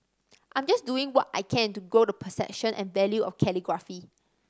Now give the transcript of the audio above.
I'm just doing what I can to grow the perception and value of calligraphy